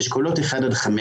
באשכולות 1-5,